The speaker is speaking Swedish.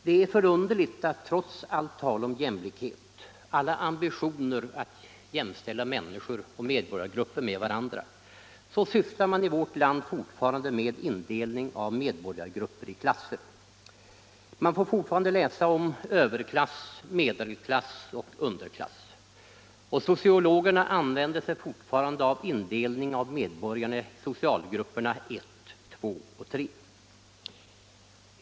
Det är förunderligt att trots allt tal om jämlikhet och alla ambitioner att jämställa människor och medborgargrupper med varandra, sysslar man i vårt land fortfarande med indelning av medborgargrupper i klasser. Vi får fortfarande läsa om överklass, medelklass och underklass. Sociologerna använder sig fortfarande av indelning av medborgarna efter socialgrupp 1, 2 och 3.